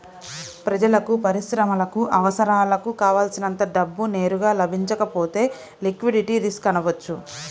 ప్రజలకు, పరిశ్రమలకు అవసరాలకు కావల్సినంత డబ్బు నేరుగా లభించకపోతే లిక్విడిటీ రిస్క్ అనవచ్చు